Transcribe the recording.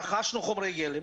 רכשנו חומרי גלם,